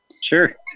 Sure